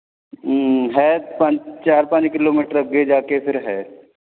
ਹੈ ਪੰਜ ਚਾਰ ਪੰਜ ਕਿਲੋਮੀਟਰ ਅੱਗੇ ਜਾ ਕੇ ਫੇਰ ਹੈ